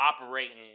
operating